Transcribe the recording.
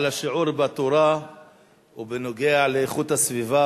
על השיעור בתורה ובנוגע לאיכות הסביבה